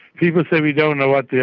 people say we don't know what they